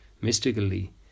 mystically